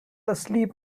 asleep